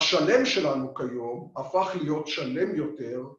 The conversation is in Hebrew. ‫השלם שלנו כיום הפך להיות שלם יותר.